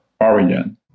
origin